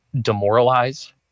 Demoralize